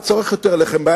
אתה צורך יותר לחם,